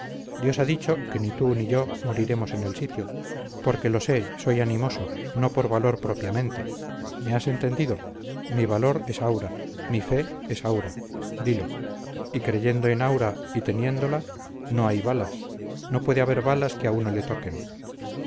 dios ha dicho que ni tú ni yo moriremos en el sitio porque lo sé soy animoso no por valor propiamente me has entendido mi valor es aura mi fe es aura dilo y creyendo en aura y teniéndola no hay balas no puede haber balas que a uno le toquen